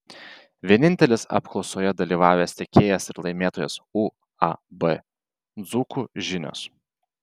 vienintelis apklausoje dalyvavęs tiekėjas ir laimėtojas uab dzūkų žinios